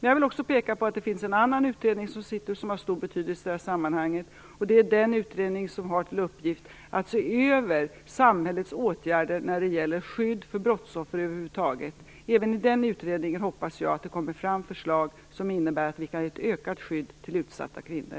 Jag vill också peka på att det sitter en annan utredning, som har stor betydelse i sammanhanget, och det är den utredning som har till uppgift att se över samhällets åtgärder när det gäller skydd för brottsoffer över huvud taget. Jag hoppas att det även i den utredningen kommer fram förslag som innebär att vi kan ge ett ökat skydd till utsatta kvinnor.